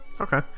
Okay